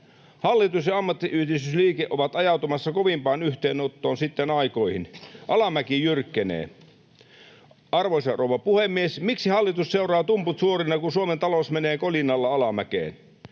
Hallitus ja ammattiyhdistysliike ovat ajautumassa kovimpaan yhteenottoon sitten aikoihin. Alamäki jyrkkenee. Arvoisa rouva puhemies! Miksi hallitus seuraa tumput suorina, kun Suomen talous menee kolinalla alamäkeen?